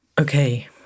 Okay